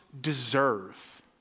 deserve